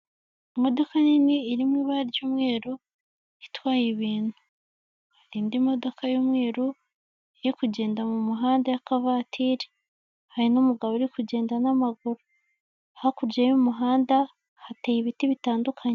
Imodoka nini iri mu ibara ry'umweru itwaye ibintu, hari indi modoka y'umweru yo kugenda mu muhanda y'akavatiri ,hari n'umugabo uri kugenda n'amaguru hakurya y'umuhanda hateye ibiti bitandukanye.